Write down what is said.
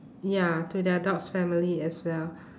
ya to their dog's family as well